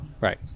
Right